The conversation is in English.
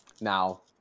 Now